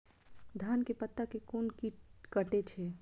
धान के पत्ता के कोन कीट कटे छे?